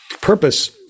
purpose